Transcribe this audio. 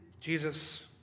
Jesus